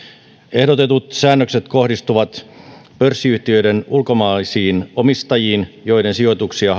ehdotetut säännökset kohdistuvat pörssiyhtiöiden ulkomaalaisiin omistajiin joiden sijoituksia